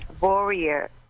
Warrior